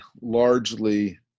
largely